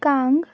kang